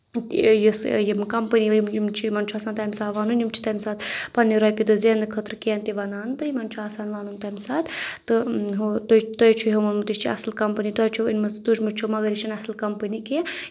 یُس یِم کَمپٔنی یِم چھِ یِمن چھُ آسان تَمہِ ساتہٕ وَنُن یِم چھِ تَمہِ ساتہٕ پَنٕنہِ رۄپیہِ دہ زیننہٕ خٲطرٕ کینٛہہ تہِ وَنان تہٕ یِمن چھُ آسان وَنُن تَمہِ ساتہٕ تہٕ ہُہ تُہۍ چھِو ہُم تہٕ یہِ چھِ اَصٕل کَمپٔنی تۄہہِ چھُو أنمٕژ تُجمُژ چھو مَگر یہِ چھےٚ نہٕ اَصٕل کَمپٔنی کینٛہہ